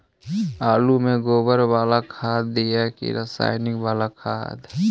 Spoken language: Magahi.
आलु में गोबर बाला खाद दियै कि रसायन बाला खाद?